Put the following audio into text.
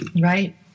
Right